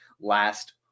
last